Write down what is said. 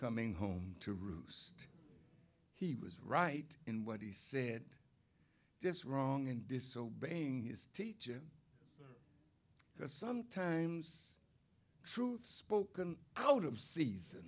coming home to roost he was right in what he said just wrong and disobeying his teacher because sometimes truth spoken out of season